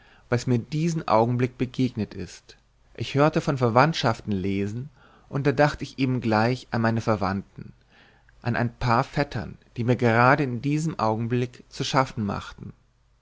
was mir diesen augenblick begegnet ist ich hörte von verwandtschaften lesen und da dacht ich eben gleich an meine verwandten an ein paar vettern die mir gerade in diesem augenblick zu schaffen machen